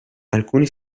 alcuni